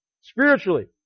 spiritually